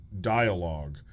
dialogue